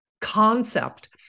concept